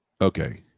okay